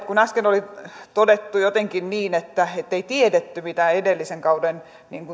kun äsken oli todettu jotenkin niin ettei tiedetty mitä edellisen kauden